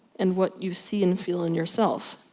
and what you see and feel in yourself.